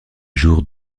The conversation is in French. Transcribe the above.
jours